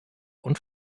und